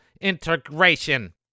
integration